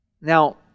Now